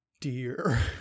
dear